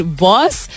boss